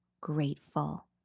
grateful